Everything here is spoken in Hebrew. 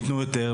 יתנו יותר,